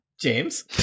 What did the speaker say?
James